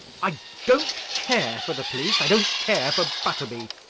i don't care for the police i don't care for butterby,